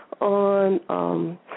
on